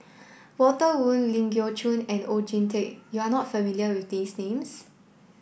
Walter Woon Ling Geok Choon and Oon Jin Teik you are not familiar with these names